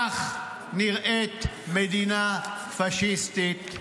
כך נראית מדינה פשיסטית.